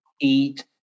Eat